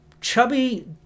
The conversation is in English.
Chubby